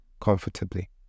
comfortably